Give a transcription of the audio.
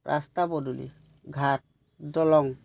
ৰাস্তা পদূলি ঘাট দলং